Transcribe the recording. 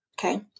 Okay